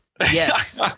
Yes